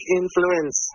influence